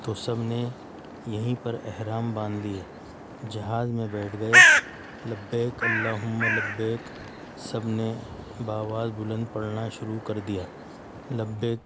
تو سب نے یہیں پر احرام باندھ لیے جہاز میں بیٹھ گئے لبیک اللھم لبیک سب نے بآواز بلند پڑھنا شروع کر دیا لبیک